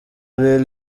lil